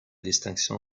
distinction